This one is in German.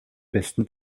besten